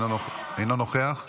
אינו נוכח,